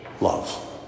love